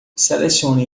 selecione